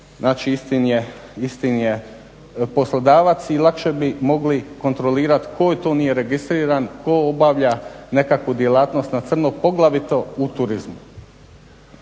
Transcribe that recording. Znači isti im je poslodavac i lakše bi mogli kontrolirati tko to nije registriran, tko obavlja nekakvu djelatnost na crno poglavito u turizmu.